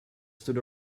stood